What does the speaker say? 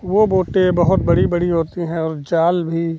वह बोटें बहुत बड़ी बड़ी होती हैं और जाल भी